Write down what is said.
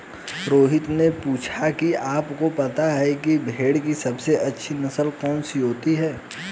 रोहित ने पूछा कि आप को पता है भेड़ की सबसे अच्छी नस्ल कौन सी होती है?